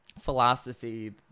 philosophy